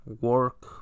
work